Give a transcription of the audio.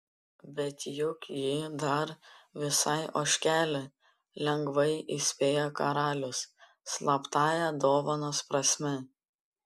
bet juk ji dar visai ožkelė lengvai įspėjo karalius slaptąją dovanos prasmę